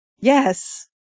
yes